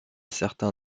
certain